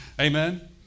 Amen